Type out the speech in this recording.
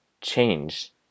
change